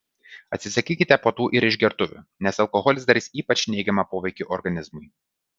atsisakykite puotų ir išgertuvių nes alkoholis darys ypač neigiamą poveikį organizmui